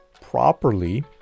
properly